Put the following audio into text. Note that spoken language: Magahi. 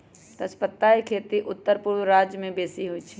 तजपत्ता के खेती उत्तरपूर्व राज्यमें बेशी होइ छइ